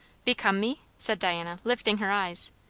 become me? said diana lifting her eyes.